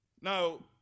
Now